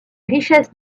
richesses